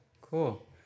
Cool